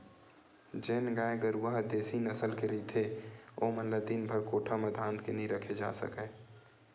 जेन गाय गरूवा ह देसी नसल के रहिथे ओमन ल दिनभर कोठा म धांध के नइ राखे जा सकय